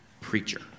preacher